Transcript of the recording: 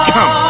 Come